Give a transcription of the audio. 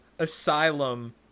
asylum